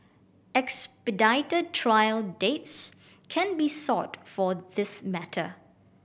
expedited trial dates can be sought for this matter